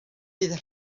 bydd